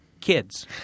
kids